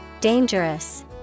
Dangerous